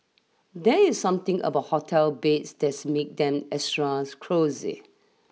there is something about a hotel beds that make them extra cosy